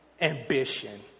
ambition